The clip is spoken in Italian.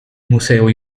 museo